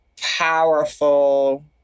powerful